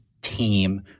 team